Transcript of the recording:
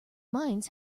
mines